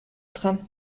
dran